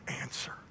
answer